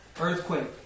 Earthquake